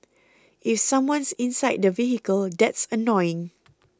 if someone's inside the vehicle that's annoying